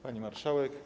Pani Marszałek!